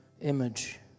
image